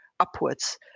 upwards